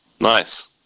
Nice